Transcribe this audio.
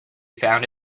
found